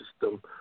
system